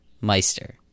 meister